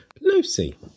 Lucy